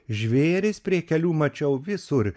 žvėrys prie kelių mačiau visur